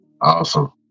awesome